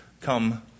come